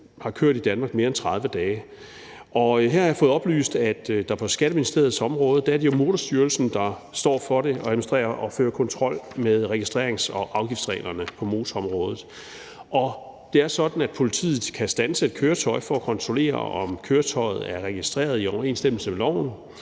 har kørt i Danmark mere end 30 dage? Her har jeg fået oplyst, at det på Skatteministeriets område jo er Motorstyrelsen, der står for det her med at administrere og føre kontrol med registrerings- og afgiftsreglerne på motorområdet. Og det er sådan, at politiet kan standse et køretøj for at kontrollere, om køretøjet er registreret i overensstemmelse med loven,